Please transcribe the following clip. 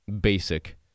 Basic